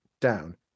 down